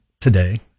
today